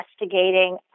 investigating